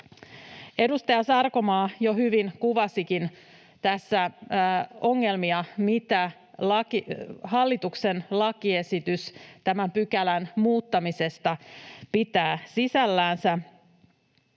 Edustaja Sarkomaa jo hyvin kuvasikin tässä ongelmia, mitä hallituksen lakiesitys tämän pykälän muuttamisesta pitää sisällänsä.